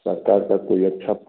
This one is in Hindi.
सरकार का कोई अच्छा